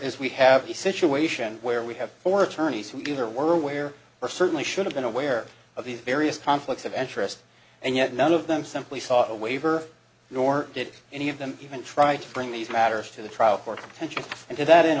is we have a situation where we have four attorneys who either were aware or certainly should have been aware of these various conflicts of interest and yet none of them simply saw a waiver nor did any of them even try to bring these matters to the trial court tension and to that in